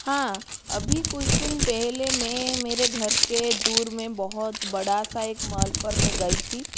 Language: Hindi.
हाँ अभी कुछ दिन पहेले मैं मेरे घर के दूर मे बोहोत बड़ा सा एक मोल पर मैं गयी थी